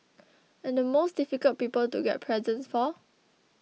and the most difficult people to get presents for